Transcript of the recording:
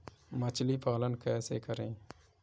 मछली पालन कैसे करें?